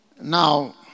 Now